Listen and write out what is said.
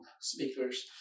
speakers